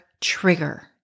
trigger